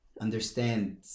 understand